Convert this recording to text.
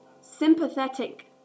sympathetic